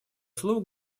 слово